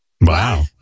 Wow